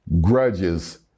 grudges